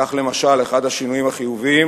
כך, למשל, אחד השינויים החיוביים